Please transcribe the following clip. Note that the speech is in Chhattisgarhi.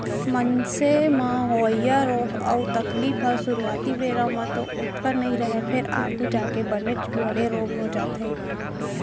मनसे म होवइया रोग अउ तकलीफ ह सुरूवाती बेरा म तो ओतका नइ रहय फेर आघू जाके बनेच बड़े रोग हो जाथे